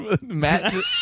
Matt